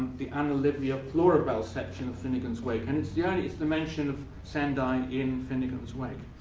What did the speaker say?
the anna livia plurabelle section of finnegan's wake. and it's the ah and it's the mention of sendai in finnegan's wake.